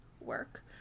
work